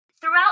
Throughout